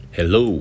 Hello